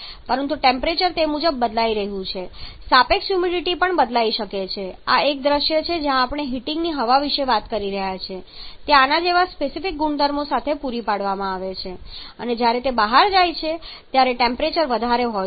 પરંતુ ટેમ્પરેચર તે મુજબ બદલાઈ રહ્યું છે સાપેક્ષ હ્યુમિડિટી પણ બદલાઈ શકે છે આ એક દૃશ્ય છે જ્યાં આપણે હીટિંગ હવા વિશે વાત કરી રહ્યા છીએ તે આના જેવા સ્પેસિફિક ગુણધર્મો સાથે પૂરી પાડવામાં આવે છે અને જ્યારે તે બહાર જાય છે ત્યારે ટેમ્પરેચર વધારે હોય છે